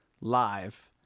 live